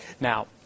Now